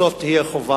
בסוף זאת תהיה חובה.